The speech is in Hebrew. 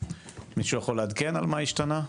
מישהו יכול לעדכן מה השתנה?